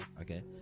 Okay